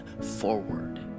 forward